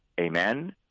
Amen